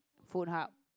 food hub